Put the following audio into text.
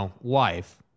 wife